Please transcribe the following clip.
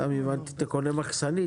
סתם הבנתי אם אתה קונה מחסנית,